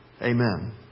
Amen